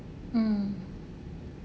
mm